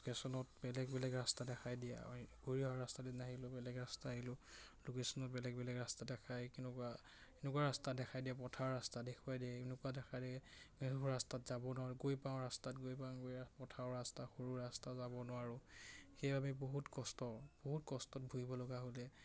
লোকেশ্যনত বেলেগ বেলেগ ৰাস্তা দেখাই দিয়ে আহিলোঁ বেলেগ ৰাস্তা আহিলোঁ লোকেশ্যনত বেলেগ বেলেগ ৰাস্তা দেখায় কেনেকুৱা এনেকুৱা ৰাস্তা দেখাই দিয়ে পথাৰৰ ৰাস্তা দেখুৱাই দিয়ে এনেকুৱা দেখাই দিয়ে ৰাস্তাত যাব নোৱাৰোঁ গৈ পাওঁ ৰাস্তাত গৈ পাওঁ গৈ পথাৰ ৰাস্তা সৰু ৰাস্তা যাব নোৱাৰোঁ সেয়া আমি বহুত কষ্ট বহুত কষ্টত ভুৰিব লগা হ'লে